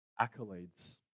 accolades